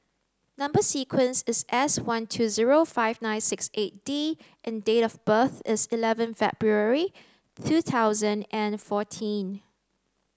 number sequence is S one two zero five nine six eight D and date of birth is eleven February two thousand and fourteen